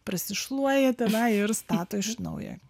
pasišluoja tenai ir stato iš naujo